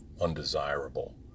undesirable